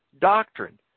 doctrine